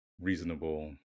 reasonable